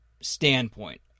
standpoint